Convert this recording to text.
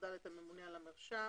הגורם הממונה הוא הממונה על המרשם.